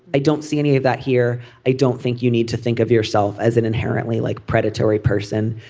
i don't see any of that here. i don't think you need to think of yourself as an inherently like predatory person.